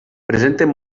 presenten